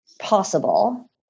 Possible